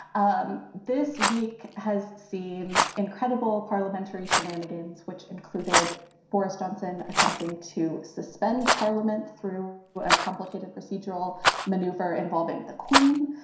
um this week has seen incredible parliamentary shenanigans which included boris johnson attempting to suspend parliament through a complicated procedural maneuver involving the queen.